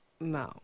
no